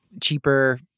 cheaper